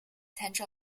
参政